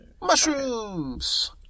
mushrooms